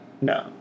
No